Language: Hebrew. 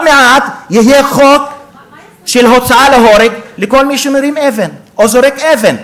עוד מעט יהיה חוק של הוצאה להורג של כל מי שמרים אבן או זורק אבן.